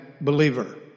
believer